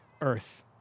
earth